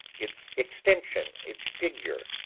its extension, its figure,